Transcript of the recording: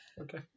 Okay